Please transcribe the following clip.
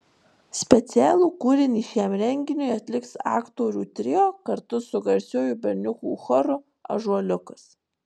specialų kūrinį šiam renginiui atliks aktorių trio kartu su garsiuoju berniukų choru ąžuoliukas